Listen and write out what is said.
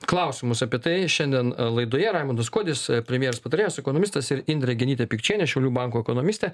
klausimus apie tai šiandien laidoje raimondas kuodis premjerės patarėjas ekonomistas ir indrė genytė pikčienė šiaulių banko ekonomistė